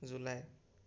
July